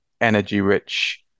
energy-rich